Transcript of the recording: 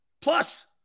Plus